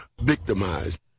victimized